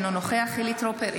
אינו נוכח חילי טרופר,